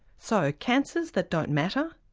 so, cancers that don't matter?